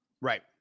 Right